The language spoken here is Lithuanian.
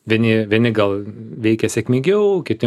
vieni vieni gal veikia sėkmingiau kiti